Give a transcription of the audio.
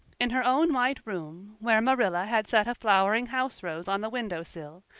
in her own white room, where marilla had set a flowering house rose on the window sill,